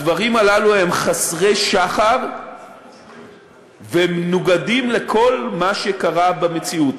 הדברים הללו הם חסרי שחר והם מנוגדים לכל מה שקרה במציאות.